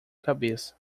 cabeça